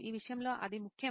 ఈ విషయంలో అది ముఖ్యమా